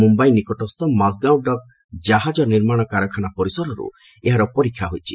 ମୁମ୍ବାଇ ନିକଟକ ମାଜଗାଁଓ ଡକ୍ ଜାହାଜ ନିର୍ମାଣ କାରଖାନା ପରିସରରୁ ଏହାର ପରୀକ୍ଷା ହୋଇଛି